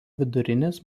vidurinės